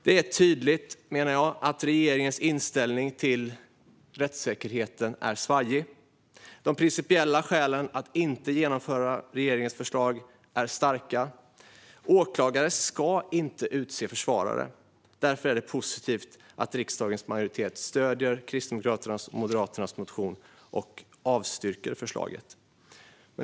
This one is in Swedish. Det är tydligt att regeringens inställning till rättssäkerheten är svajig. De principiella skälen att inte genomföra regeringens förslag är starka. Åklagare ska inte utse försvarare. Därför är det positivt att riksdagens majoritet stöder Kristdemokraternas och Moderaternas motion och avstyrker förslaget.